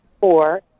four